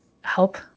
help